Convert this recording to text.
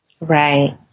Right